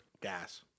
gas